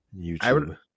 YouTube